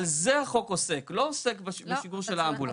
על זה החוק עוסק, הוא לא עוסק בשימוש של האמבולנס.